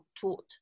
taught